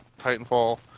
Titanfall